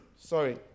sorry